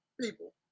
people